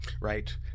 Right